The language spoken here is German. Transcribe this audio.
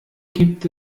gibt